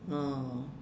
oh